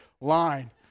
line